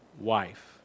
wife